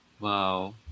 Wow